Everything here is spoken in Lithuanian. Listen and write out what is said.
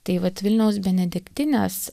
tai vat vilniaus benediktinės